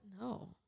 No